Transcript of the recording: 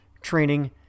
training